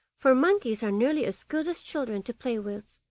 for monkeys are nearly as good as children to play with,